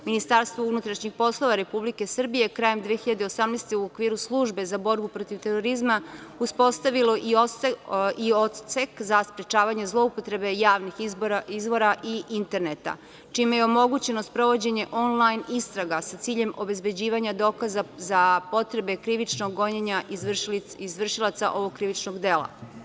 Ministarstvo unutrašnjih poslova Republike Srbije krajem 2018. godine u okviru Službe za borbu protiv terorizma uspostavilo je i Odsek za sprečavanje zloupotrebe javnih izvora i interneta, čime je omogućeno sprovođenje onlajn istraga sa ciljem obezbeđivanjem dokaza za potrebe krivičnog gonjenja izvršilaca ovog krivičnog dela.